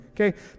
Okay